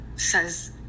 says